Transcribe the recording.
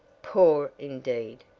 poor indeed!